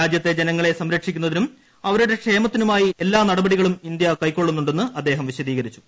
രാജ്യത്തെ ജനങ്ങളെ സംരക്ഷിക്കുന്നതിനും അവരുടെ ക്ഷേമത്തിനുമായി എല്ലാ നടപടികളും ഇന്ത്യ കൈക്കൊള്ളുന്നുണ്ടെന്ന് അദ്ദേഹം വിശദീകരിച്ചു